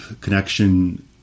connection